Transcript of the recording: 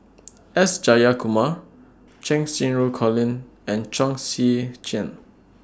S Jayakumar Cheng Xinru Colin and Chong Tze Chien